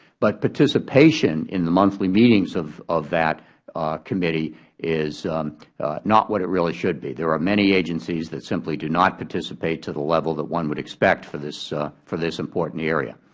but participation in the monthly meetings of of that committee is not what it really should be. there are many agencies that simply do not participate to the level that one would expect for this for this important area.